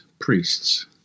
priests